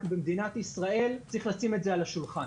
במדינת ישראל צריך לשים את זה על השולחן.